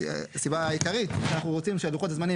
הסיבה העיקרית שאנחנו רוצים שלוחות הזמנים